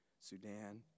Sudan